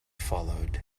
followed